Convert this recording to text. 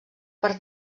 per